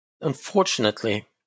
unfortunately